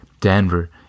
Denver